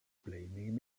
blaming